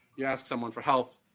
you ask someone for help,